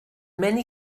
many